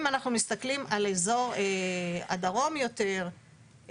אם אנחנו מסתכלים על אזור הדרום יותר,